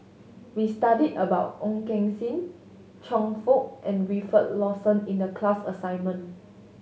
we studied about Ong Keng Sen Chia Fook and Wilfed Lawson in the class assignment